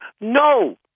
No